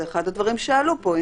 זה אחד הדברים שעלו פה.